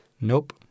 Nope